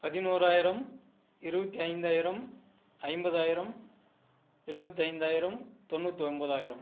பதினோறாயிரம் இருபத்தைந்தாயிரம் ஐம்பதாயிரம் எழுவத்தைந்தாயிரம் தொண்ணூற்றி ஒம்போதாயிரம்